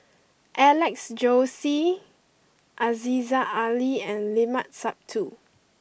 Alex Josey Aziza Ali and Limat Sabtu